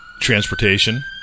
transportation